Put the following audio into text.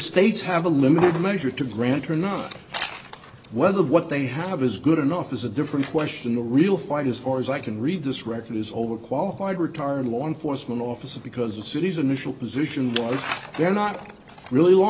states have a limited measure to grant or not whether what they have is good enough is a different question the real fight as far as i can read this record is over qualified retired law enforcement officers because the city's initial position that they're not really law